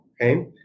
okay